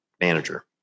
manager